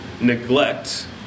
neglect